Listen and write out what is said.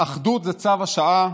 אחדות היא צו השעה,